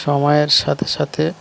সময়ের সাথে সাথে